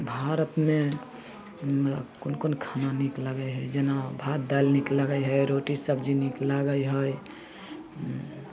भारतमे कोन कोन खाना नीक लागै हइ जेना भात दालि नीक लगै हइ रोटी सब्जी नीक लागै हइ